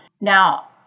Now